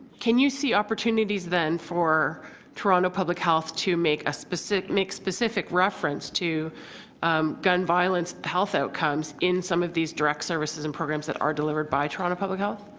can you see opportunities then for toronto public health to make specific make specific reference to gun violence health outcomes in some of these direct services and programs that are delivered by toronto public health?